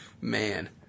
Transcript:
Man